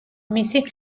მისი